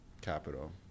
capital